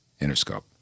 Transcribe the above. Interscope